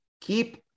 keep